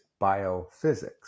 biophysics